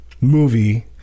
movie